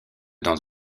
dans